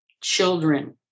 children